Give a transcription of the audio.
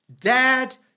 Dad